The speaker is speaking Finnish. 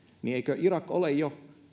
eikö irak ole jo